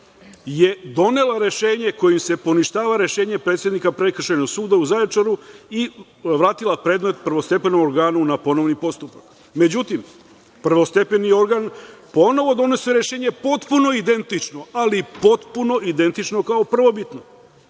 je donela rešenje kojim se poništava rešenje predsednika Prekršajnog suda u Zaječaru i vratila predmet prvostepenom organu na ponovni postupak.Međutim, prvostepeni organ ponovo donosi rešenje, potpuno identično, ali potpuno identično kao prvobitno,